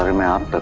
i mean mouth but